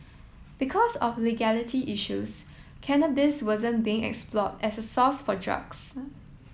because of legality issues cannabis wasn't being explored as a source for drugs